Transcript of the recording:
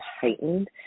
heightened